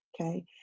Okay